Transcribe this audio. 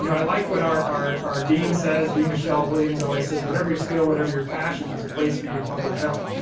you know i like what are our our dean says. dean michelle williams always says, whatever your skill, whatever your passion, there's a place for you in public health.